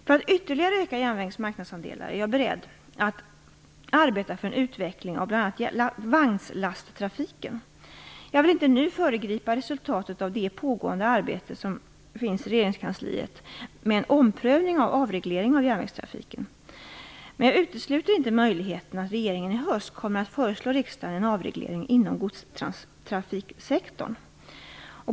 För att ytterligare öka järnvägens marknadsandelar är jag beredd att arbeta för en utveckling av bl.a. vagnslasttrafiken. Jag vill inte nu föregripa resultatet av det pågående arbetet inom regeringskansliet med en omprövning av avregleringen av järnvägstrafiken. Jag utesluter dock inte möjligheten att regeringen i höst föreslår riksdagen en avreglering inom godstrafiksektorn.